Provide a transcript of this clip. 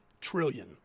trillion